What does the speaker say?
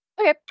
Okay